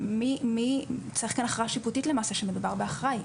צריך כאן הכרעה שיפוטית שמדובר באחראי.